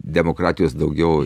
demokratijos daugiau